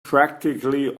practically